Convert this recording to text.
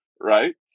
right